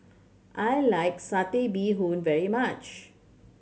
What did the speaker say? I like Satay Bee Hoon very much